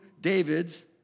David's